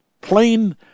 plain